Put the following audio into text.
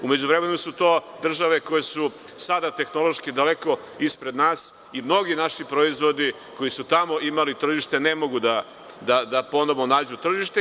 U međuvremenu su to države koje su sada tehnološki daleko ispred nas i mnogi naši proizvodi koji su tamo imali tržište, ne mogu da ponovo nađu tržište.